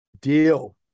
Deal